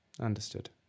Understood